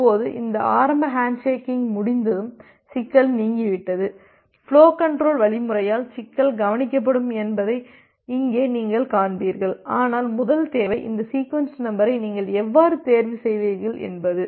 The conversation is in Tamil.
இப்போது இந்த ஆரம்ப ஹேண்ட்ஷேக்கிங் முடிந்ததும் சிக்கல் நீங்கிவிட்டது ஃபுலோ கண்ட்ரோல் வழிமுறையால் சிக்கல் கவனிக்கப்படும் என்பதை இங்கே நீங்கள் காண்பீர்கள் ஆனால் முதல் தேவை இந்த சீக்வென்ஸ் நம்பரை நீங்கள் எவ்வாறு தேர்வு செய்வீர்கள் என்பது